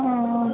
ओ